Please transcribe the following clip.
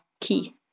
key